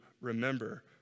remember